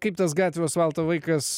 kaip tas gatvių asfalto vaikas